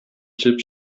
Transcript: chip